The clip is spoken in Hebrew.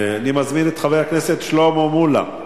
אני מזמין את חבר הכנסת שלמה מולה.